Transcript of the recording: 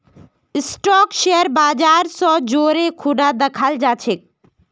stock share बाजर स जोरे खूना दखाल जा छेक